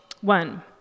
One